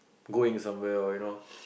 going somewhere or you know